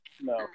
No